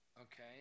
okay